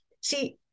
See